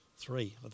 Three